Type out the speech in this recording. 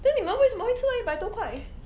then 你们为什么会吃到一百多块